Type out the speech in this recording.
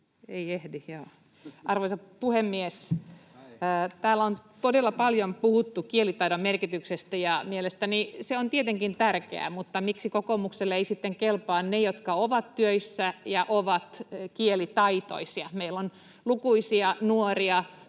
Biaudet. Arvoisa puhemies! Täällä on todella paljon puhuttu kielitaidon merkityksestä, ja mielestäni se on tietenkin tärkeää, mutta miksi kokoomukselle eivät sitten kelpaa ne, jotka ovat töissä ja ovat kielitaitoisia? Meillä on lukuisia nuoria